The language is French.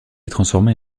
transformé